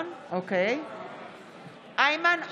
איימן עודה,